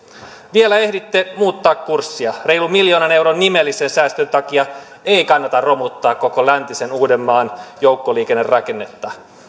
vielä ehditte muuttaa kurssia reilun miljoonan euron nimellisen säästön takia ei kannata romuttaa koko läntisen uudenmaan joukkoliikennerakennetta